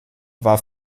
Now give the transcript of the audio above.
war